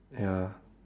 ya